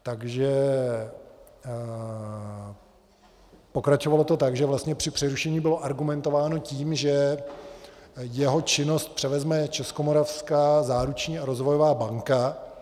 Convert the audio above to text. Takže pokračovalo to tak, že vlastně při přerušení bylo argumentováno tím, že jeho činnost převezme Českomoravská záruční a rozvojová banka.